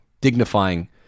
dignifying